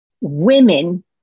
Women